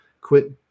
quit